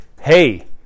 Hey